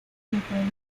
notables